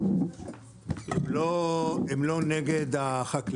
למה אתה חושב שזה לא מסתדר?